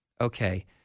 okay